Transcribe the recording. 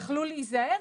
יכלו להיזהר?